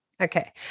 okay